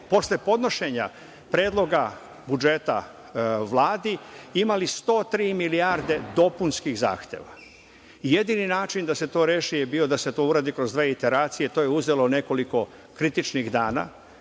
posle podnošenja Predloga budžeta Vladi imali 103 milijarde dopunskih zahteva. Jedini način da se to reši je bio da se to uradi kroz dve iteracije. To je uzelo nekoliko kritičnih dana,